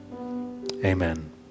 Amen